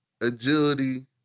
agility